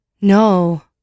No